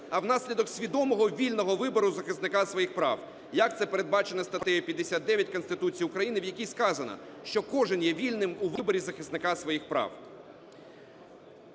а внаслідок свідомого вільного вибору захисника своїх прав, як це передбачено статтею 59 Конституції України, в якій сказано, що кожен є вільним у виборі захисника своїх прав.